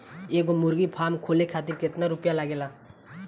एगो मुर्गी फाम खोले खातिर केतना रुपया लागेला?